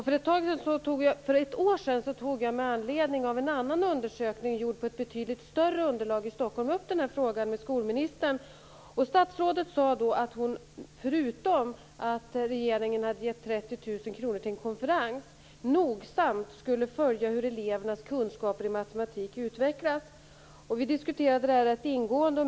För ett år sedan tog jag med anledning av en annan undersökning, gjord på ett betydligt större underlag i Stockholm, upp den här frågan med skolministern. Statsrådet sade då att hon, förutom att regeringen hade gett 30 000 kr till en konferens, nogsamt skulle följa hur elevernas kunskaper i matematik utvecklas. Vi diskuterade det här rätt ingående.